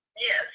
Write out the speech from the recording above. Yes